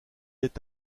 est